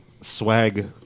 swag